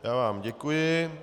Já vám děkuji.